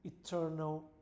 eternal